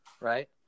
right